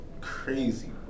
crazy